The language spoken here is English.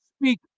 speak